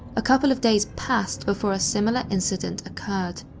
a couple of days passed before a similar incident occurred.